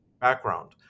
background